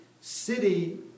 city